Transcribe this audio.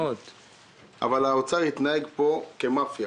אבל האוצר התנהג פה ממש כמאפיה.